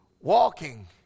walking